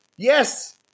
Yes